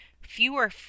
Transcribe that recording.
fewer